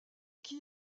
qui